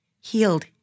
healed